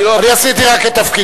אל תודה לי, אני עשיתי רק את תפקידי.